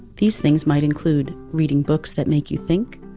these things might include reading books that make you think,